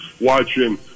watching